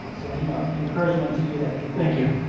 so you know, encouragement to you that people thank you.